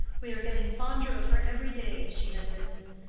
we are getting fonder of her every day, she had written.